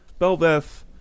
Belveth